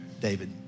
David